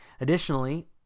Additionally